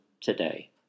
today